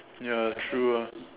ya true ah